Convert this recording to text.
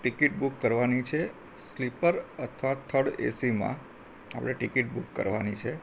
ticket book કરવાની છે sleeper અથવા થડ એસીમાં આપણે ટિકિટ બુક કરવાની છે